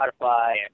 Spotify